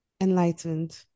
enlightened